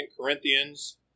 Corinthians